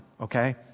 Okay